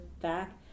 back